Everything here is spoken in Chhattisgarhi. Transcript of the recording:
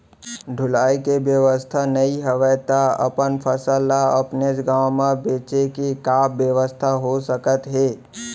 ढुलाई के बेवस्था नई हवय ता अपन फसल ला अपनेच गांव मा बेचे के का बेवस्था हो सकत हे?